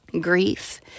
grief